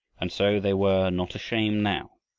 and so they were not ashamed now.